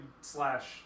slash